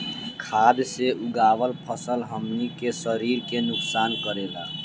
खाद्य से उगावल फसल हमनी के शरीर के नुकसान करेला